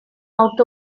out